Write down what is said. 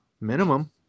minimum